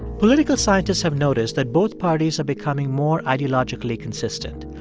political scientists have noticed that both parties are becoming more ideologically consistent.